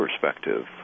perspective